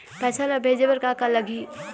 पैसा ला भेजे बार का का लगही?